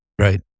right